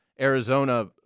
Arizona